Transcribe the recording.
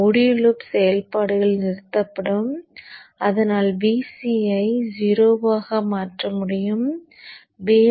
எனவே மூடிய லூப் செயல்பாடுகள் நிறுத்தப்படும் அதனால் Vc ஐ 0 ஆக மாற்ற முடியாது